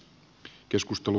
keskustelu